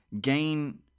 gain